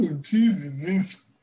Jesus